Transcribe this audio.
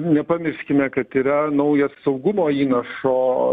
nepamirškime kad yra naujas saugumo įnašo